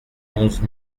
onze